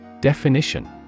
Definition